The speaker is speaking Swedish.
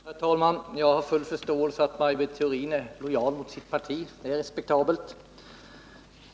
Herr talman! Jag har full förståelse för att Maj Britt Theorin är lojal mot sitt parti. Det är respektabelt.